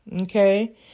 Okay